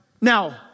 Now